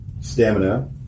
Stamina